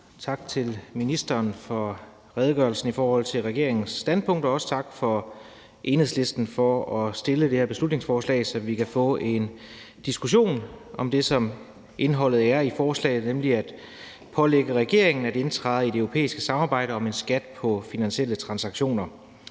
tak til ministeren for redegørelsen i forhold til regeringens standpunkt. Også tak til Enhedslisten for at fremsætte det her beslutningsforslag, så vi kan få en diskussion om det, som er indholdet i forslaget, nemlig at pålægge regeringen at indtræde i det europæiske samarbejde om en skat på finansielle transaktioner.